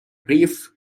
brief